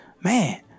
Man